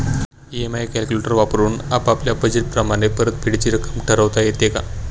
EMI calculator वापरून आपापल्या budget प्रमाणे परतफेडीची रक्कम ठरवता येते का?